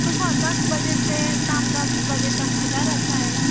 सुबह दस बजे से शाम दस बजे तक खुला रहता है